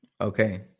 Okay